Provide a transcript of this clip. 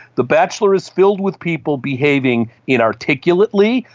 the bachelor is filled with people behaving inarticulately,